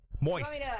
moist